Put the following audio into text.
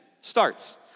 starts